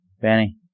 Benny